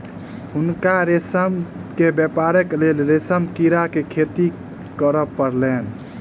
हुनका रेशम के व्यापारक लेल रेशम कीड़ा के खेती करअ पड़लैन